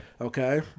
Okay